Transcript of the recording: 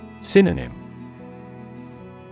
Synonym